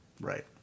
right